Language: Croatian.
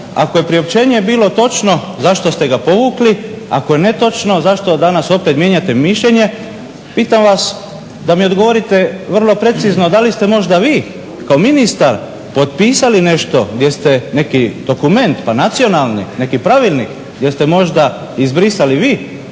ako je priopćenje bilo točno, zašto ste ga povukli? Ako je netočno zašto danas opet mijenjate mišljenje? Pitam vas da mi odgovorite vrlo precizno, da li ste možda vi kao ministar potpisali nešto neki dokument pa nacionalni, neki pravilnik gdje ste možda izbrisali vi